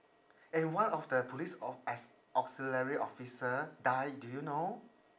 and one of the police au~ as~ auxiliary officer die do you know